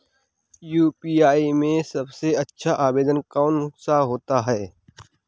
UPI में सबसे अच्छा आवेदन कौन सा होता है?